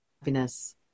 Happiness